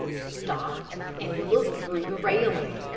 stopped and looked through the railing.